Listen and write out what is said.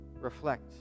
reflect